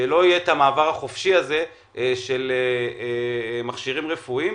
כדי שלא יהיה מעבר חופשי של מכשירים רפואיים.